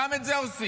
גם את זה עושים,